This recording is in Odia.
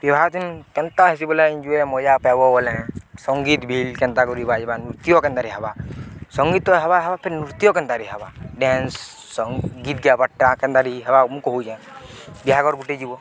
ବିବାହ ଦିନ କେନ୍ତା ହେସିି ବୋଲେ ଏଇ ଯୁଏ ମଜା ପାଇବ ବୋଲେ ସଙ୍ଗୀତ୍ ଭିଲ୍ କେନ୍ତା କରି ବାଜବା ନୃତ୍ୟ କେନ୍ତାରେ ହେବା ସଙ୍ଗୀତ ହେ ହବା ହେବା ଫେର୍ ନୃତ୍ୟ କେନ୍ତାର ହେବା ଡ୍ୟାନ୍ସ ସଂଗୀତ ଗୀତ୍ ଗାଇବାରଟା କେନ୍ କରି ହେବା ମୁଇଁ କହୁଛେଁ ବିହାଘର ଗୁଟେ ଯିବୁ